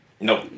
Nope